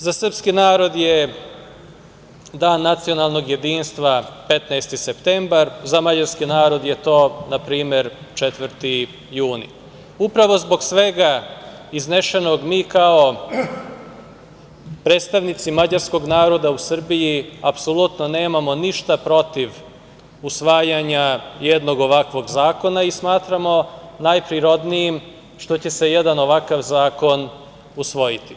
Za srpski narod je Dan nacionalnog jedinstva 15. septembar, za mađarski narod je to, na primer, 4. jun. Upravo zbog svega iznesenog, mi kao predstavnici mađarskog naroda u Srbiji apsolutno nemamo ništa protiv usvajanja jednog ovakvog zakona i smatramo najprirodnijim što će se jedan ovakav zakon usvojiti.